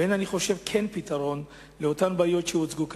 ואני חושב שיש בהם פתרון לבעיות שהוצגו כאן.